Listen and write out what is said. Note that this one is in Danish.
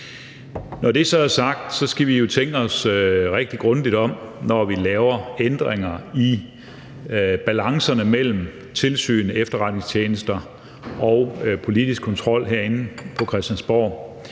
Når det så er sagt, skal vi jo tænke os rigtig grundigt om, når vi laver ændringer i balancerne mellem tilsyn, efterretningstjenester og politisk kontrol herinde på Christiansborg,